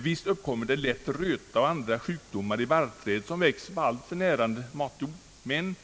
Visst uppkommer det lätt röta och andra sjukdomar i barrträd som växer på alltför närande matjord, men